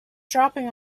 dropping